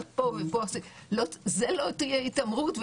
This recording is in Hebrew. זאת לא תהיה התעמרות.